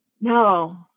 no